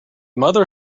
mother